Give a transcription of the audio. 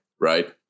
Right